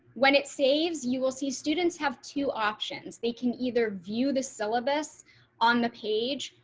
when it saves you will see students have two options. they can either view the syllabus on the page,